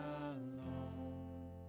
alone